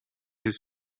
his